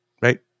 right